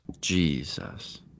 Jesus